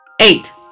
Eight